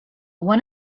one